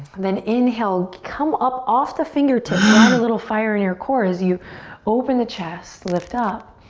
then inhale, come up off the fingertips, light a little fire in your core as you open the chest, lift up.